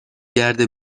گرده